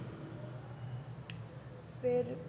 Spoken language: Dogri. फिर